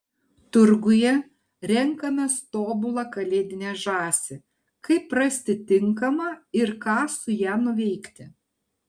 turguje renkamės tobulą kalėdinę žąsį kaip rasti tinkamą ir ką su ja nuveikti